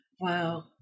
Wow